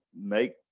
make